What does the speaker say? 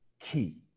Key